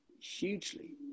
hugely